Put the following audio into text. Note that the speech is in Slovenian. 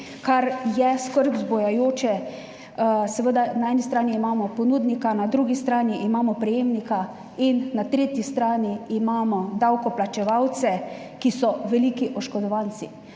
kar je skrb vzbujajoče. Seveda na eni strani imamo ponudnika, na drugi strani imamo prejemnika in na tretji strani imamo davkoplačevalce, ki so veliki oškodovanci.